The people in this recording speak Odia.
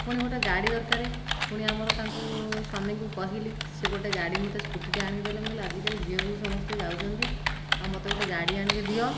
ପୁଣି ଗୋଟିଏ ଗାଡ଼ି ଦରକାରେ ପୁଣି ଆମର ତାଙ୍କୁ ସ୍ୱମୀଙ୍କୁ କହିଲି ସେ ଗୋଟିଏ ଗାଡ଼ି ମୋତେ ସ୍କୁଟିଟିଏ ଆଣିକି ଦେଲେ ମୁଁ କହିଲି ଆଜିକାଲି ଝିଅ ବୋହୁ ସମସ୍ତେ ଯାଉଛନ୍ତି ଆଉ ମୋତେ ଗୋଟିଏ ଗାଡ଼ି ଆଣିକି ଦିଅ